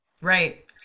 Right